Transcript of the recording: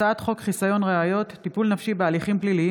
הצעת חוק חסיון ראיות (טיפול נפשי בהליכים פליליים